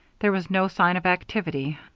there was no sign of activity,